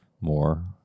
more